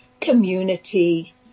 community